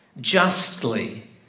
justly